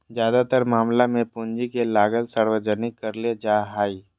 ज्यादातर मामला मे पूंजी के लागत सार्वजनिक करले जा हाई